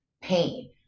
pain